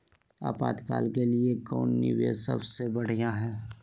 आपातकाल के लिए कौन निवेस सबसे बढ़िया है?